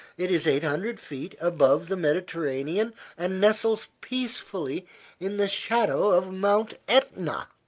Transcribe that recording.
it is eight hundred feet above the mediterranean and nestles peacefully in the shadow of mount etna